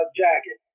jacket